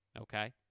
Okay